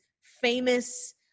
famous